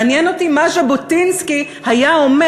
מעניין אותי מה ז'בוטינסקי היה אומר